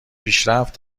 پیشرفت